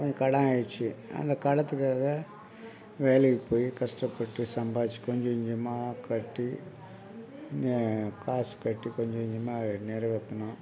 கொஞ்சம் கடன் ஆகிருச்சு அந்த கடத்துக்காக வேலைக்கு போய் கஷ்டப்பட்டு சம்பாதித்து கொஞ்சம் கொஞ்சமாக கட்டி காசு கட்டி கொஞ்சம் கொஞ்சமாக அதை நிறைவேற்றினோம்